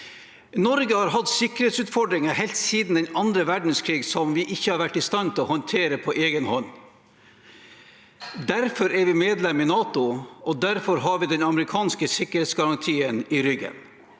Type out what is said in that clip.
verdenskrig hatt sikkerhetsutfordringer som vi ikke har vært i stand til å håndtere på egen hånd. Derfor er vi medlem i NATO, og derfor har vi den amerikanske sikkerhetsgarantien i ryggen.